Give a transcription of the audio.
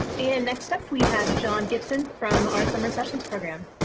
and next up we have john gipson from our summer sessions program?